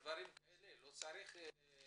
כאלה ואחירם, לקרוא אותם ועל פי הם לפעול.